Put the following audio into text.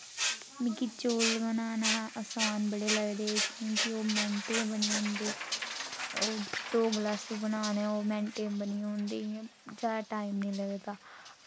मिगी चौल बनाना बड़े आसान लगदे की के ओह् मैंटें च बनी जंदे ओह् दौ गलासू बनाने होन तां ओह् मैंटें च बनी जंदे इंया जादै टाईम निं लगदा